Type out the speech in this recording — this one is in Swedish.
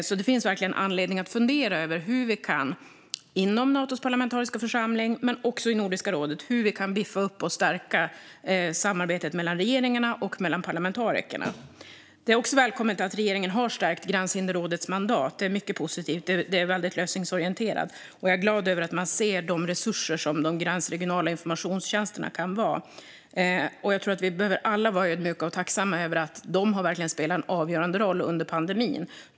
Det finns alltså verkligen anledning att fundera över hur vi inom Natos parlamentariska församling men också i Nordiska rådet kan biffa upp och stärka samarbetet mellan regeringarna och mellan parlamentarikerna. Det är också välkommet att regeringen har stärkt Gränshinderrådets mandat. Det är mycket positivt och väldigt lösningsorienterat. Jag är glad över att man ser de resurser som de gränsregionala informationstjänsterna kan vara. Jag tror att vi alla behöver vara ödmjuka och tacksamma över den avgörande roll som de har spelat under pandemin.